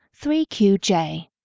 3QJ